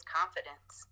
confidence